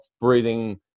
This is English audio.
breathing